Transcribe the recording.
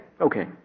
Okay